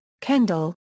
Kendall